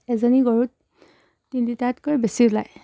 এজনী গৰুত তিনি লিটাৰতকৈ বেছি ওলায়